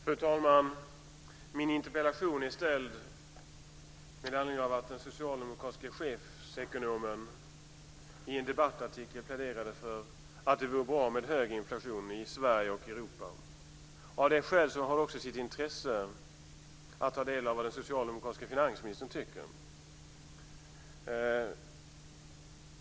Fru talman! Min interpellation är ställd med anledning av att den socialdemokratiske chefsekonomen i en debattartikel pläderade för en hög inflation i Sverige och i Europa. Av det skälet har det också sitt intresse att ta del av vad den socialdemokratiske finansministern tycker.